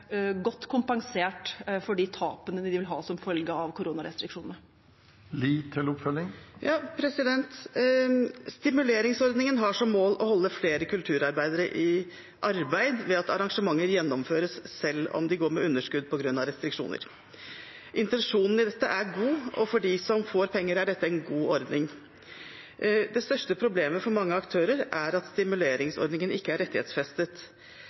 godt kompensert for de tapene de vil ha som følge av koronarestriksjonene. Stimuleringsordningen har som mål å holde flere kulturarbeidere i arbeid ved at arrangementer gjennomføres selv om de går med underskudd på grunn av restriksjoner. Intensjonen i dette er god, og for dem som får penger, er dette en god ordning. Det største problemet for mange aktører er at stimuleringsordningen ikke er rettighetsfestet.